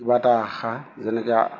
কিবা এটা আশা যেনেকৈ